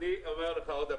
אני אומר לך עוד פעם,